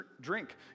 drink